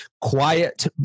quiet